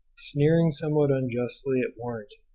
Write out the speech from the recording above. sneering somewhat unjustly at waterton.